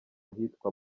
ahitwa